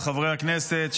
חברי הכנסת,